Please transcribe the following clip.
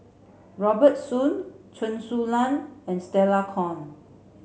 Robert Soon Chen Su Lan and Stella Kon